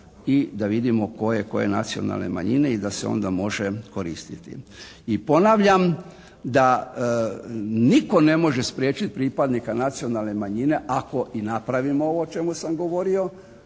i da vidimo koje, koje nacionalne manjine i da se onda može koristiti. I ponavljam da nitko ne može spriječiti pripadnika nacionalne manjine ako i napravimo ovo o čemu sam govorio